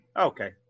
Okay